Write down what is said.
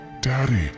Daddy